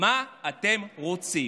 מה אתם רוצים?